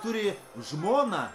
turi žmoną